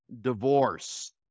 divorce